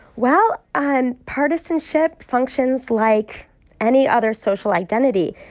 well, and partisanship functions like any other social identity.